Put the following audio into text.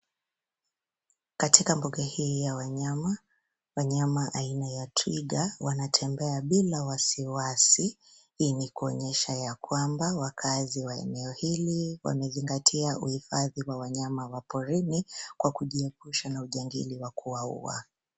Katika mbuga hii ya wanyama, wanyama aina ya twiga wanatembea bila wasiwasi hii ni kuonyesha ya kwamba wakaazi wa eneo hili wamezingatia uhifadhi wa wanyama wa porini kwa kujiepusha na ujangili wa kuwauwa.